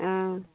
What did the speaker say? অঁ